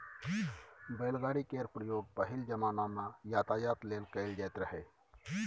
बैलगाड़ी केर प्रयोग पहिल जमाना मे यातायात लेल कएल जाएत रहय